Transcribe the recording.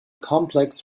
complex